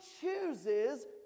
chooses